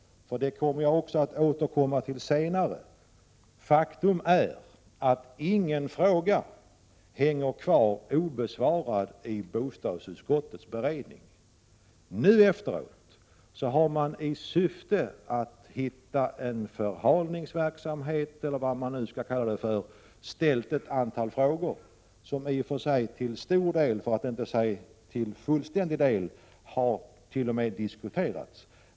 Den saken skall jag återkomma till senare. Faktum är att ingen fråga hänger kvar obesvarad i bostadsutskottets beredning. I syfte att förhala verksamheten — eller vad man nu skall kalla det för — har man nu i debatten ställt ett antal frågor som till stor del, för att inte säga till fullo, redan har besvarats.